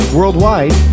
Worldwide